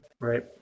Right